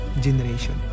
generation